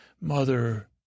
mother